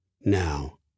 now